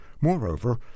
Moreover